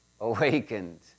awakened